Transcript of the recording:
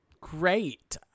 Great